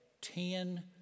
ten